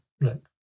look